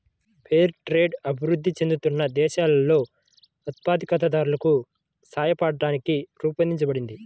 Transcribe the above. fair trade అభివృద్ధి చెందుతున్న దేశాలలో ఉత్పత్తిదారులకు సాయపట్టానికి రూపొందించబడింది